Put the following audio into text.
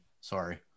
Sorry